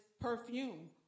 perfume